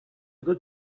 good